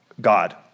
God